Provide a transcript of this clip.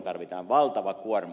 tarvitaan valtava kuorma